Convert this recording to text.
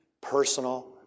personal